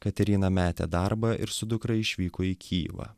kateryna metė darbą ir su dukra išvyko į kijevą